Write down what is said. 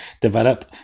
develop